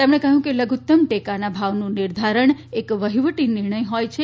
તેમણે કહ્યું કે લધુત્તમ ટેકાના ભાવનું નિર્ધારણ એક વહીવટી નિર્ણય હોય છે